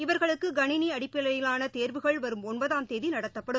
இவர்களுக்குகணினிஅடிப்படையிலானதேர்வுகள் வரும் ஒன்பதாம் தேதிநடத்தப்படும்